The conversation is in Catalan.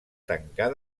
tancar